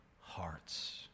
hearts